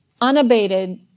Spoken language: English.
unabated